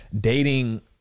dating